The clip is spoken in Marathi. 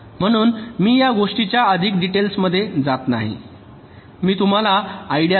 म्हणून मी या गोष्टींच्या अधिक डिटेल्स मध्ये जात नाही मी तुम्हाला आयडिया देत आहे